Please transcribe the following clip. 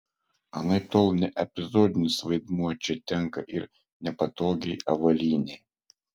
anaiptol ne epizodinis vaidmuo čia tenka ir nepatogiai avalynei